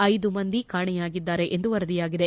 ಐದು ಮಂದಿ ಕಾಣೆಯಾಗಿದ್ದಾರೆ ಎಂದು ವರದಿಯಾಗಿದೆ